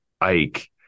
Ike